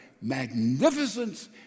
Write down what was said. magnificence